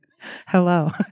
Hello